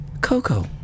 Coco